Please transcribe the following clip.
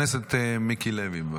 אמן.